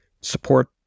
support